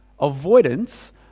avoidance